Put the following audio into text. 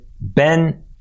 Ben